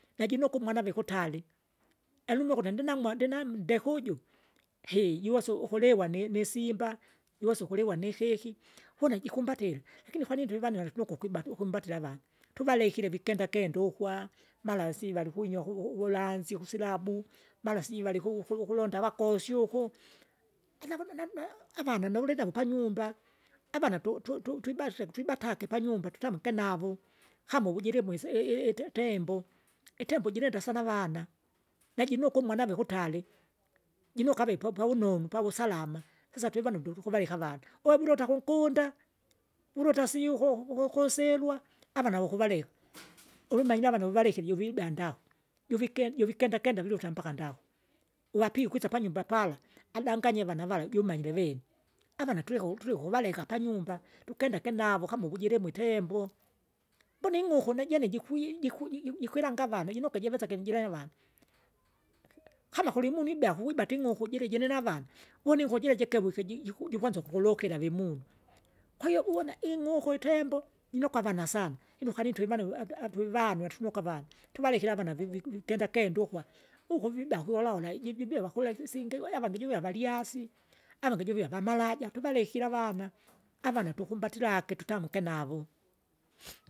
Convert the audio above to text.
Najinokwa umwanave kutale, yaani umwe ukuti ndinamwa ndina ndeku uju jiwesa ukuliwa in- nisimba, iwesa ukuliwa niheki, uvona jikumbatile, lakini kwanini tulivanila nukukwa ibata ukumbatila avana. Tuvalekire vikenda kenda ukwa, mara si valikwinya uku- uvulanzi kusilabu, mara sijui valikuku ukulonda avakosi uko, anakuno namna avana naulinavo panyumba, avana tututu twibasweke twibatake panyumba tutamuke navo, kama uvujilimo isi- i- i- itembo, itembo jirenda sana avana, najinukwa umwanave kutale, jikukave po- pavunonu pavusalama. Kisa twevandundu tukavaleka avana, webulota kunkunda, vulota sijiui uku- ukoserya, avana vukuvaleka, ulumanyira avana uvalekire juvida ndakwa, juvike- juvikenda kenda viluta mpaka ndagu. uwapi ukwisa panyumba panyumbaq pala, adanganye vana jumanyire veni, avana tuliko tuliko uvaleka uvaleka panyuba panyumba, tukendake navo kama uvujilemo itembo. Mbona ing'uku najene jikwi- jikwi- ji- ji- jikwilanga avana jinoke jiveseke mjira evana, kama kulimunu ibea kuwibate ing'uku jiri jirinavana, vuni ing'uku jira jikerwike ji- jiku- jikwanza vimunu. Kwahiyo uwona ing'uku itembo, jinokwa avana sana, inuka kani tuivane aga tuivanwa tunoka avana, tuvalekire avana vi- vi- vikenza kendukwa, ukuviba kuolaola iji jibie wakula isingi we avangi juvie avalyasi, avangi juvie avamalaja, tuvalekie avana, avna tukumbatilage tutamuke navo.